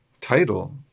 title